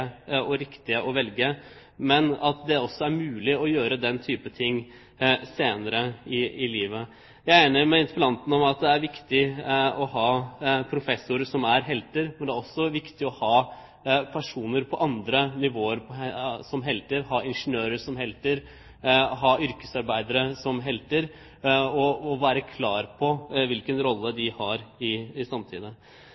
og riktige å velge, men at det er mulig også å gjøre den type ting senere i livet. Jeg er enig med interpellanten i at det er viktig å ha professorer som helter, men det er også viktig å ha personer på andre nivåer som helter – ha ingeniører og yrkesarbeidere som helter og være klar på hvilken rolle